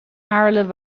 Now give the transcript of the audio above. aarlen